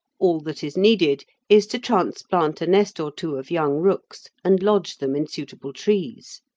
all that is needed is to transplant a nest or two of young rooks and lodge them in suitable trees.